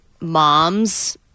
moms